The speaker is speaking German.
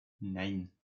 nein